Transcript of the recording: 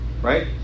Right